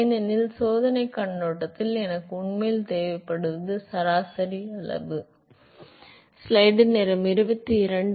ஏனெனில் சோதனைக் கண்ணோட்டத்தில் எனக்கு உண்மையில் தேவைப்படுவது சராசரி அளவு மற்றும் உள்ளூர் அளவு அதிகம் பயன்படாது